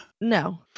No